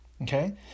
Okay